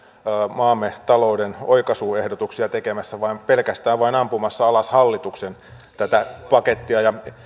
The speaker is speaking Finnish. maamme talouden oikaisuehdotuksia tekemässä vaan pelkästään vain ampumassa alas tätä hallituksen pakettia ja